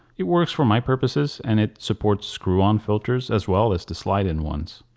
it works for my purposes and it supports screw on filters as well as the slide in ones.